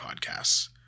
podcasts